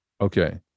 okay